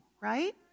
right